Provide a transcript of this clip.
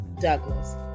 Douglas